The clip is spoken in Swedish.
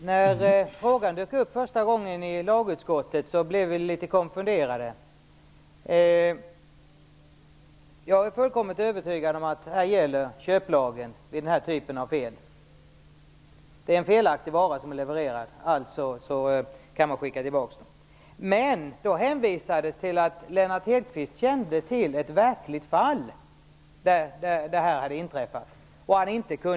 Herr talman! När frågan dök upp första gången i lagutskottet blev vi litet konfunderade. Jag är fullkomligt övertygad om att köplagen gäller för den här typen av fel. Det är en felaktig vara som har levererats; alltså kan man skicka tillbaka den. Men då hänvisades det till att Lennart Hedquist kände till ett verkligt fall där det här hade inträffat.